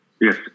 Yes